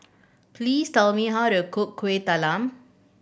please tell me how to cook Kueh Talam